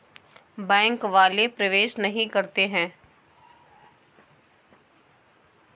Bank वाले प्रवेश नहीं करते हैं?